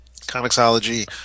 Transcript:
Comicsology